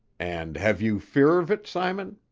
and have you fear of it, simon?